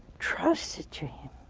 trust it to him.